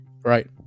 Right